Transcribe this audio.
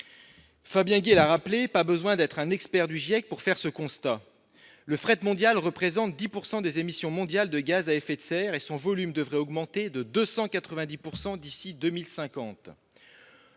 Fabien Gay l'a rappelé, il n'est pas besoin d'être un expert du GIEC pour faire ce constat : le fret mondial représente 10 % des émissions mondiales de gaz à effet de serre, et son volume devrait augmenter de 290 % d'ici à 2050.